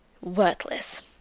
worthless